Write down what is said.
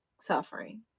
suffering